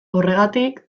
horregatik